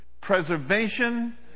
preservation